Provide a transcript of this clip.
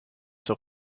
zur